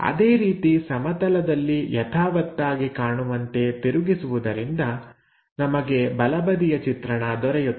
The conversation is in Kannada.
ಅದೇ ರೀತಿ ಸಮತಲದಲ್ಲಿ ಯಥಾವತ್ತಾಗಿ ಕಾಣುವಂತೆ ತಿರುಗಿಸುವುದರಿಂದ ನಮಗೆ ಬಲಬದಿಯ ಚಿತ್ರಣ ದೊರೆಯುತ್ತದೆ